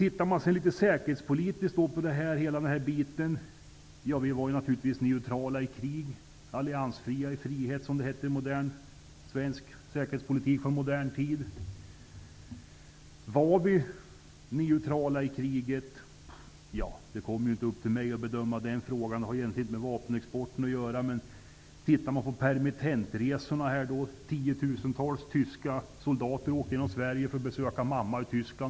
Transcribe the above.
Ur säkerhetspolitisk synpunkt var vi naturligtvis neutrala i krig och alliansfria i fred, som det heter i modern svensk säkerhetspolitik. Var vi neutrala i kriget? Ja, det är inte upp till mig att bedöma. Den frågan har egentligen inte med vapenexporten att göra. Det förekom permittentresor. 10 000-tals tyska soldater åkte genom Sverige för att besöka mamma i Tyskland.